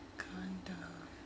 gundam